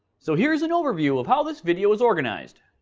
so here is an overview of how this video is organized